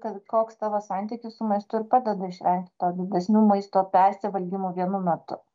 kad koks tavo santykis su maistu ir padeda išven to didesnių maisto persivalgymų vienu metu